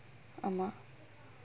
ஆமா:aamaa